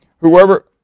whoever